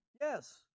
Yes